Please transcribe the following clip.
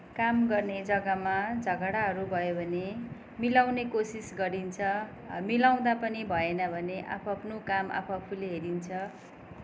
काम गर्ने जग्गामा झगडाहरू भयो भने मिलाउने कोसिस गरिन्छ मिलाउँदा पनि भएन भने आफ् आफ्नो काम आफ् आफूले हेरिन्छ